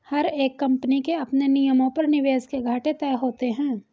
हर एक कम्पनी के अपने नियमों पर निवेश के घाटे तय होते हैं